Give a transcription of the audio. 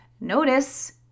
Notice